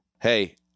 hey